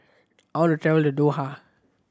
I want to travel to Doha